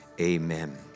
amen